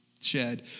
shed